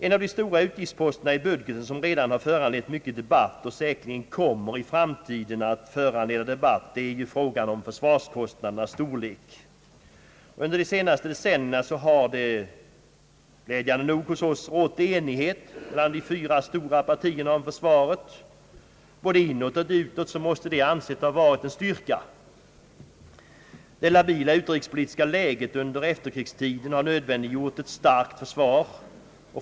En av de stora utgiftsposterna i budgeten, som redan har föranlett mycken debatt och säkerligen kommer att föranleda debatt också i framtiden, är frågan om försvarskostnadernas storlek. Under de senaste decennierna har det glädjande nog hos oss rått enighet mellan de fyra stora partierna om försvaret. Både inåt och utåt måste detta anses ha varit en styrka. Det labila utrikespolitiska läget under efterkrigstiden har nödvändiggjort ett starkt försvar.